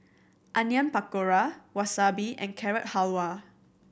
Onion Pakora Wasabi and Carrot Halwa